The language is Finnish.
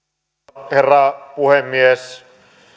arvoisa herra puhemies